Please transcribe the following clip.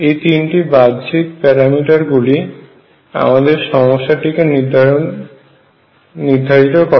এই তিনটি বাহ্যিক প্যারামিটারগুলি আমাদের সমস্যাটিকে নির্ধারিত করে